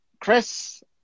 Chris